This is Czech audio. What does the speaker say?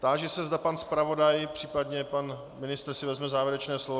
Táži se, zda pan zpravodaj, případně pan ministr si vezme závěrečné slovo.